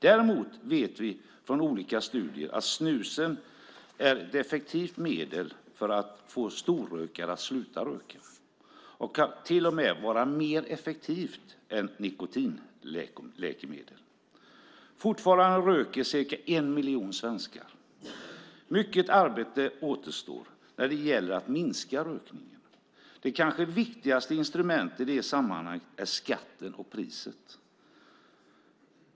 Däremot vet vi från olika studier att snus är ett effektivt medel att få storrökare att sluta röka. Det kan till och med vara mer effektivt än nikotinläkemedel. Fortfarande röker ca en miljon svenskar. Mycket arbete återstår när det gäller att minska rökningen. Det kanske viktigaste instrumentet är skatten och priset.